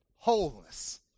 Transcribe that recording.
wholeness